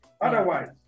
otherwise